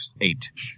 eight